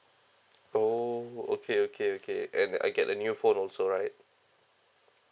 orh okay okay okay and I get a new phone also right